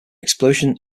explosion